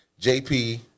JP